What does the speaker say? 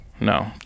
No